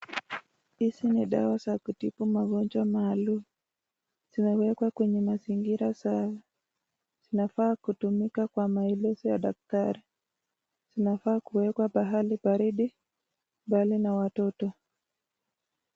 Hizi ni dawa za kutibu magonjwa maalum. Zinawekwa kwenye mazingira safi. Zinafaa kutumika kwa maelezo ya daktari. Zinafaa kuwekwa pahali baridi mbali na watoto.